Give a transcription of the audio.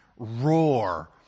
Roar